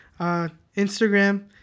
Instagram